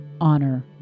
honor